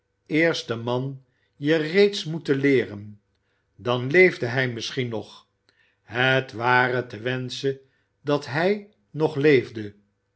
eerste man je reeds moeten leeren dan leefde hij misschien nog het ware te wenschen dat hij nog leefde